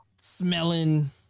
smelling